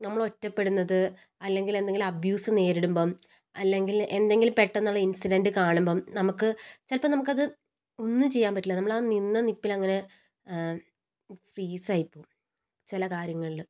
നമ്മളൊറ്റപ്പെടുന്നത് അല്ലങ്കില് എന്തെങ്കില് അബ്യൂസ് നേരിടുമ്പം അല്ലങ്കില് എന്തെങ്കിലും പെട്ടന്നുള്ള ഇൻസിഡൻറ്റ് കാണുമ്പം നമുക്ക് ചിലപ്പം നമുക്കത് ഒന്നും ചെയ്യാൻ പറ്റില്ല നമ്മളാ നിന്ന നിപ്പിലങ്ങനെ ഫ്രീസ് ആയിപ്പോകും ചില കാര്യങ്ങളില്